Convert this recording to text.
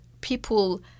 people